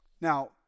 Now